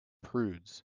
prudes